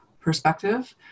perspective